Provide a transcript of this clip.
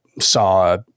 saw